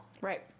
Right